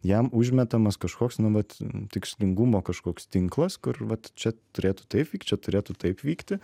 jam užmetamas kažkoks nu vat tikslingumo kažkoks tinklas kur vat čia turėtų taip vykt čia turėtų taip vykti